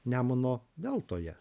nemuno deltoje